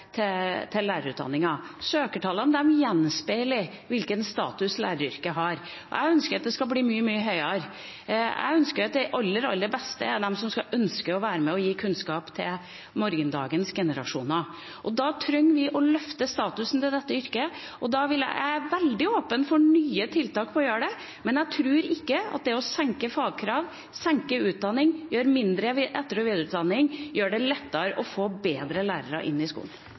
Søkertallene gjenspeiler hvilken status læreryrket har. Jeg ønsker at det tallet skal bli mye, mye høyere. Jeg ønsker at det er de aller, aller beste som skal ønske å være med og gi kunnskap til morgendagens generasjoner. Og da trenger vi å løfte statusen til dette yrket. Jeg er veldig åpen for nye tiltak for å gjøre det, men jeg tror ikke at det å senke fagkrav, senke utdanningen og ha mindre etter- og videreutdanning gjør det lettere å få bedre lærere inn i skolen.